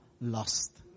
lost